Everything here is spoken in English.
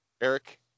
Eric